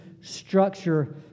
structure